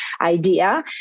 idea